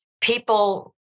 people